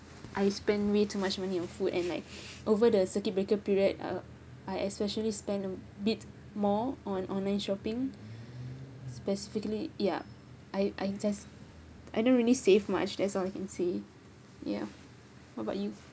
I spend way too much money on food and like over the circuit breaker period uh I especially spend a bit more on online shopping specifically yup I I just I don't really save much that's all I can see ya what about you